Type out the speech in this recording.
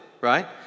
right